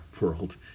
world